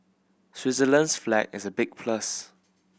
Switzerland's flag is a big plus